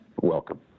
welcome